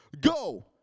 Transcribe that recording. go